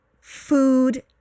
food